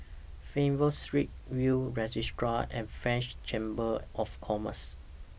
Fernvale Street Will's Registry and French Chamber of Commerce